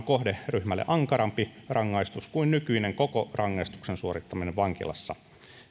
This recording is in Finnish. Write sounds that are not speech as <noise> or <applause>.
<unintelligible> kohderyhmälle ankarampi rangaistus kuin nykyinen koko rangaistuksen suorittaminen vankilassa